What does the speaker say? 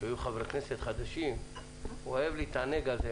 כשהיו חברי כנסת חדשים הוא אהב להתענג על זה.